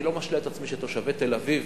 אני לא משלה את עצמי שתושבי תל-אביב